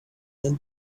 than